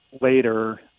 later